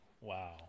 Wow